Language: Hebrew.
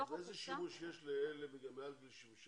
בתוך הקופסה --- איזה שימוש יש לאלה שמעל גיל 67?